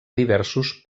diversos